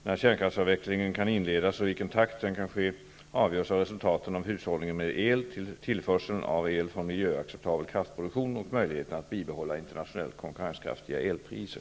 När kärnkraftsavvecklingen kan inledas och i vilken takt den kan ske avgörs av resultaten av hushållningen med el, tillförseln av el från miljöacceptabel kraftproduktion och möjligheterna att bibehålla internationellt konkurrenskraftiga elpriser.